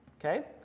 Okay